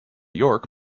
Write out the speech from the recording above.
york